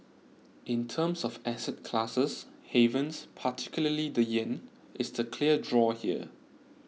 in terms of asset classes havens particularly the yen is the clear draw here